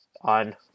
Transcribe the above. on